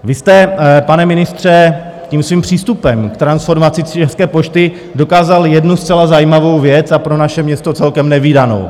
Vy jste, pane ministře, svým přístupem k transformaci České pošty dokázal jednu zcela zajímavou věc a pro naše město celkem nevídanou.